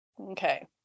Okay